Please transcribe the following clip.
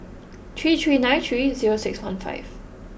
three three nine three zero six one five